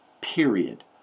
period